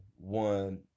one